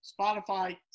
Spotify